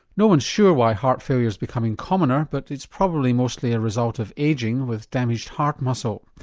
no one's sure why heart failure's becoming commoner but it's probably mostly a result of ageing with damaged heart muscle.